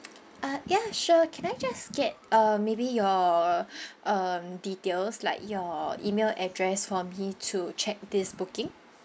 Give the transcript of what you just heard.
uh ya sure can I just get um maybe your um details like your email address for me to check this booking